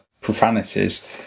profanities